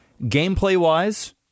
gameplay-wise